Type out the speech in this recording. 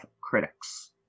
Critics